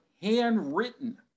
handwritten